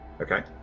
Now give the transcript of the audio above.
Okay